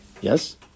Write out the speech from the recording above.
Yes